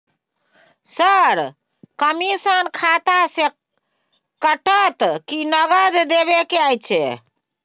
Sir, commission खाता से कटत कि नगद देबै के अएछ?